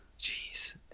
Jeez